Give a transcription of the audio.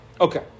Okay